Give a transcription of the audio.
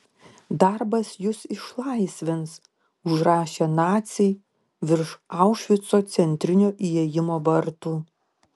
darbas jus išlaisvins užrašė naciai virš aušvico centrinio įėjimo vartų